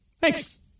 Thanks